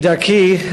כדרכי,